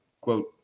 quote